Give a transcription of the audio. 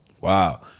Wow